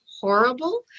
horrible